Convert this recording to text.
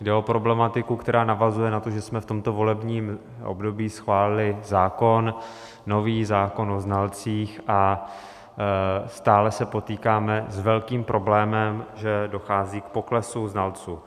Jde o problematiku, která navazuje na to, že jsme v tomto volebním období schválili nový zákon o znalcích, a stále se potýkáme s velkým problémem, že dochází k poklesu znalců.